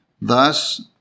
Thus